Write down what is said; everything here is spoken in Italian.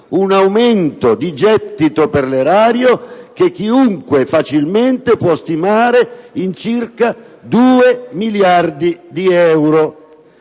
un aumento di gettito per l'erario che chiunque facilmente può stimare in circa 2 miliardi di euro.